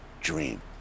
dream